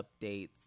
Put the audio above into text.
updates